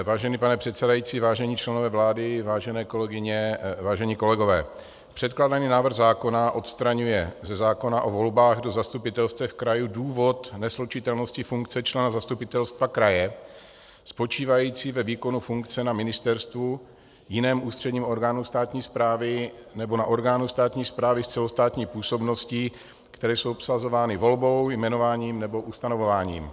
Vážený pane předsedající, vážení členové vlády, vážené kolegyně, vážení kolegové, předkládaný návrh zákona odstraňuje ze zákona o volbách do zastupitelstev krajů důvod neslučitelnosti funkce člena zastupitelstva kraje spočívající ve výkonu funkce na ministerstvu, jiném ústředním orgánu státní správy nebo na orgánu státní správy s celostátní působností, které jsou obsazovány volbou, jmenováním nebo ustanovováním.